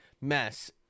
mess